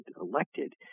elected